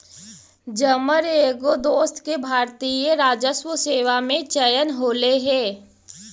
जमर एगो दोस्त के भारतीय राजस्व सेवा में चयन होले हे